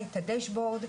את הדשבורד,